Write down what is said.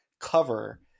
cover